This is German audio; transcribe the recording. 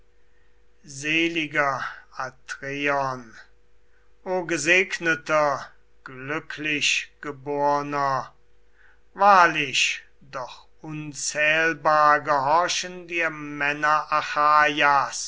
seliger atreion o gesegneter glücklichgeborner wahrlich doch unzählbar gehorchen dir männer